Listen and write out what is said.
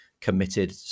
committed